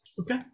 Okay